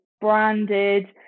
branded